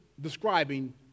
describing